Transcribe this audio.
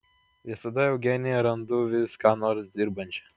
visada eugeniją randu vis ką nors dirbančią